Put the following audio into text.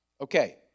Okay